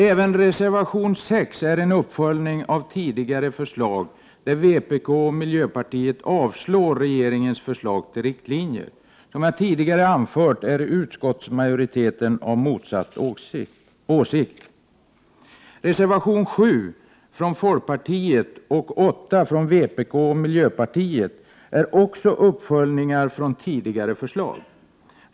Även reservation 6 är en uppföljning av tidigare förslag, där vpk och miljöpartiet avstyrker regeringens förslag till riktlinjer. Som jag tidigare har anfört är utskottsmajoriteten av motsatt åsikt. Reservationerna 7 från folkpartiet och 8 från vpk och miljöpartiet är också uppföljningar från tidigare förslag.